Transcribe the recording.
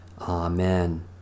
Amen